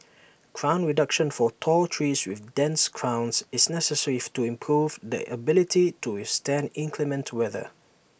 crown reduction for tall trees with dense crowns is necessary to improve their ability to withstand inclement weather